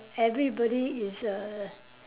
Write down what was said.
everybody is a